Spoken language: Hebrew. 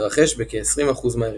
ומתרחש בכ-20% מההריונות.